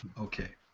Okay